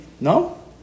No